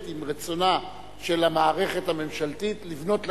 עם רצונה של המערכת הממשלתית לבנות לגובה,